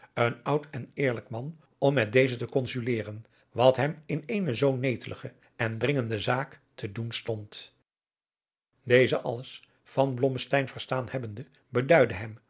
een oud en eerlijk man om met dezen te consuleren wat hem in eene zoo netelige en dringende zaak te doen stond deze alles van blommesteyn verstaan hebbende beduidde hem